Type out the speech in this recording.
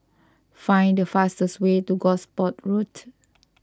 find the fastest way to Gosport Road